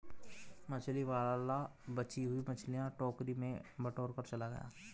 मछली वाला बची हुई मछलियां टोकरी में बटोरकर चला गया